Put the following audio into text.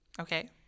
Okay